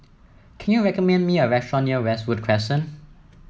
can you recommend me a restaurant near Westwood Crescent